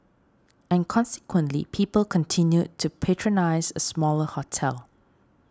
and consequently people continued to patronise a smaller hotel